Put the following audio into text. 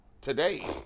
today